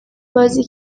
بازی